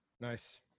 nice